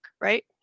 right